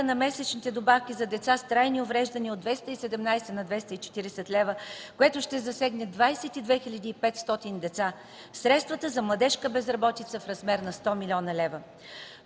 на месечните добавки за деца с трайни увреждания от 217 на 240 лева, което ще засегне 22 500 деца; средствата за младежка безработица в размер на 100 млн. лв.